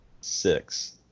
Six